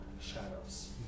shadows